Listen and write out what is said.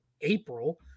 april